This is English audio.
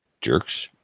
Jerks